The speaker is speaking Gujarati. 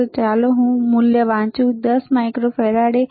તો ચાલો હું મૂલ્ય વાંચું મૂલ્ય 10 માઇક્રોફેરાડ છે